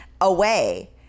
away